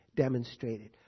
demonstrated